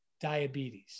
diabetes